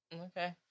Okay